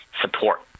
support